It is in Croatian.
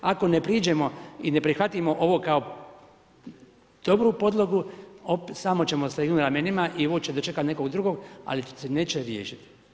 Ako ne priđemo i ne prihvatimo ovo kao dobru podlogu, samo ćemo slegnut ramenima i ovo će dočekat nekog drugo, ali se neće riješiti.